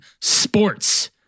sports